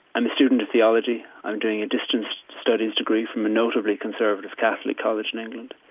i'm a student of theology. i'm doing a distance study degree from a notably conservative catholic college in england.